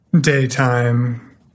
daytime